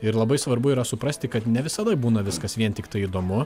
ir labai svarbu yra suprasti kad ne visada būna viskas vien tiktai įdomu